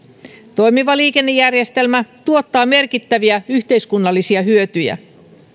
toimiva liikennejärjestelmä tuottaa merkittäviä yhteiskunnallisia hyötyjä